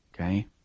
Okay